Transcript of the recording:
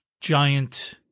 giant